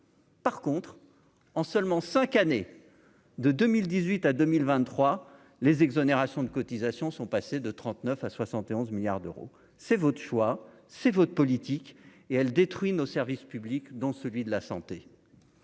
Par contre, en seulement 5 années de 2018 à 2023, les exonérations de cotisations sont passées de 39 à 71 milliards d'euros, c'est votre choix, c'est votre politique et elle détruit nos services publics, dans celui de la santé